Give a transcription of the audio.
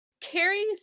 Carrie